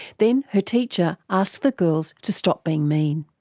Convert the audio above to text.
then her teacher asked the girls to stop being mean.